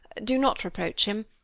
do not reproach him.